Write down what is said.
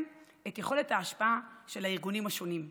את יכולת ההשפעה של הארגונים השונים.